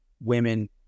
women